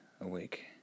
awake